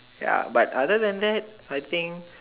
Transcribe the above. ya but other than that I think